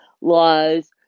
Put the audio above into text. laws